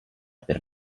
per